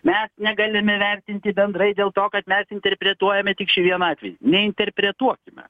mes negalimi vertinti bendrai dėl to kad mes interpretuojame tik šį vieną atvejį neinterpretuokime